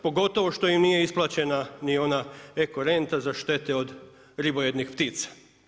Pogotovo što im nije isplaćena ni ona eko renta, za štete od ribojednih ptica.